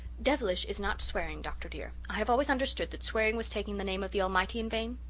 devilish is not swearing, doctor, dear. i have always understood that swearing was taking the name of the almighty in vain?